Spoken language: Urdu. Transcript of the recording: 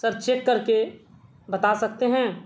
سر چیک کر کے بتا سکتے ہیں